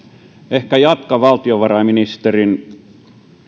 ehkä jatkan valtiovarainministerin